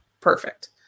perfect